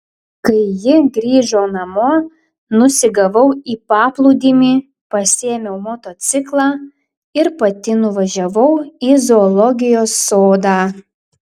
kai ji grįžo namo nusigavau į paplūdimį pasiėmiau motociklą ir pati nuvažiavau į zoologijos sodą